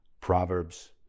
Proverbs